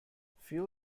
fuel